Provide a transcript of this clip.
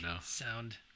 sound